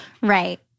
Right